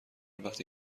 وقتی